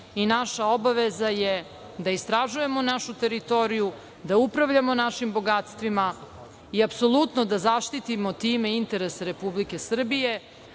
i naša obaveza je da istražujemo našu teritoriju, da upravljamo našim bogatstvima i apsolutno da zaštitimo time interese Republike Srbije,